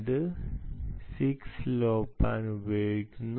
ഇത് 6 ലോപാൻ ഉപയോഗിക്കുന്നു